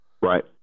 Right